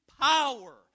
power